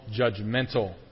judgmental